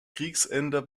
kriegsende